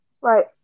Right